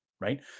Right